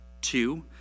Two